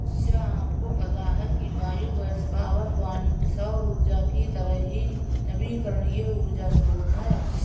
क्या आपको पता है कि बायोगैस पावरप्वाइंट सौर ऊर्जा की तरह ही नवीकरणीय ऊर्जा स्रोत है